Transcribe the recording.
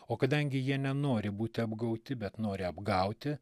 o kadangi jie nenori būti apgauti bet nori apgauti